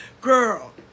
girl